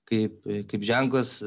kaip kaip ženklas